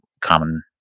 common